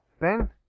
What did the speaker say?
Ben